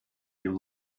you